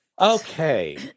Okay